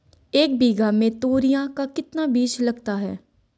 एक बीघा में तोरियां का कितना बीज लगता है?